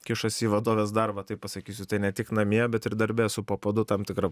kišas į vadovės darbą taip pasakysiu tai ne tik namie bet ir darbe esu po padu tam tikra